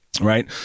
right